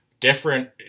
different